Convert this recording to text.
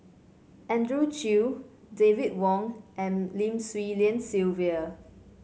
Andrew Chew David Wong and Lim Swee Lian Sylvia